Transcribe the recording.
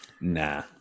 nah